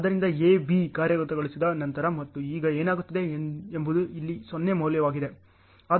ಆದ್ದರಿಂದ A B ಕಾರ್ಯಗತಗೊಳಿಸಿದ ನಂತರ ಮತ್ತು ಈಗ ಏನಾಗುತ್ತದೆ ಎಂಬುದು ಇಲ್ಲಿ 0 ಮೌಲ್ಯವಾಗಿದೆ